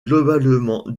globalement